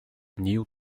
new